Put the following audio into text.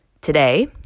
today